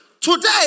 Today